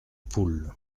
poules